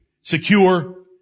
secure